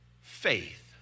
faith